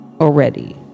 already